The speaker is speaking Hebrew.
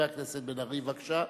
הכנסת בן-ארי, בבקשה.